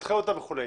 נדחה אותה וכולי.